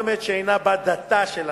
שאינה בת דתה של הנתרמת,